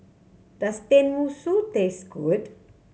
does Tenmusu taste good